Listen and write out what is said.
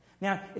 Now